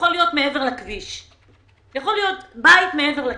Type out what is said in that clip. ויכול להיות שהוא גר מעבר לכביש.